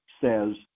says